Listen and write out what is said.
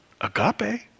agape